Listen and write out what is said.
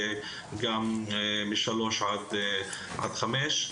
וגם משלוש עד חמש.